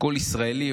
כל ישראלי,